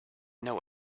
know